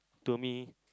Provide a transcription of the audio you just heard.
to me